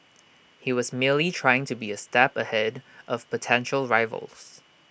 he was merely trying to be A step ahead of potential rivals